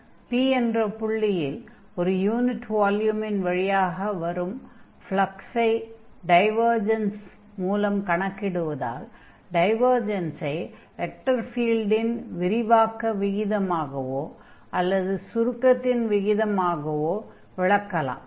ஆகையால் முடிவாக P என்ற புள்ளியில் ஒரு யூனிட் வால்யூமின் வழியாக வரும் ஃப்லக்ஸை டைவர்ஜன்ஸ் மூலம் கணக்கிடுவதால் டைவர்ஜன்ஸை வெக்டர் ஃபீல்டின் விரிவாக்க விகிதமாகவோ சுருக்கத்தின் விகிதமாகவோ விளக்கலாம்